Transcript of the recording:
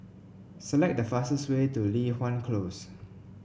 select the fastest way to Li Hwan Close